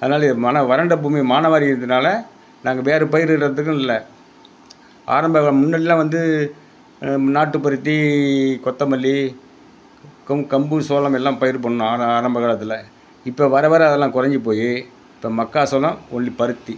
அதனால இது மன வறண்ட பூமி மானவாரி இதனால நாங்கள் வேறு பயிர் இடுறதுக்கும் இல்லை ஆரம்ப க முன்னாடியெலாம் வந்து நாட்டுப்பருத்தி கொத்தமல்லி க கம்பு சோளம் எல்லாம் பயிர் பண்ணிணோம் ஆர ஆரம்ப காலத்தில் இப்போ வர வர அதெல்லாம் கொறைஞ்சி போய் இப்போ மக்காச்சோளம் ஒன்லி பருத்தி